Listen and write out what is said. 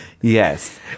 Yes